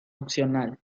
opcional